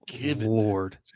Lord